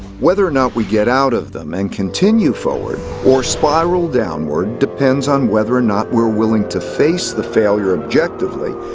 whether or not we get out of them and continue forward or spiral downward depends on whether or not we're willing to face the failure objectively,